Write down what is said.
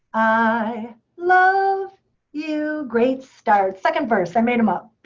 i love you. great start. second verse. i made them up.